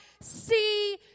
see